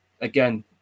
again